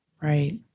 Right